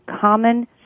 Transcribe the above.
common